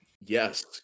Yes